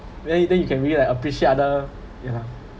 then then you can really like appreciate other yeah